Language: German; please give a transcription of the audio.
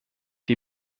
die